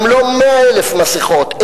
גם לא 100,000 מסכות,